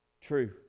True